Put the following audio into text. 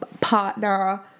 partner